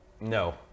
No